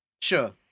Sure